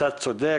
אתה צודק.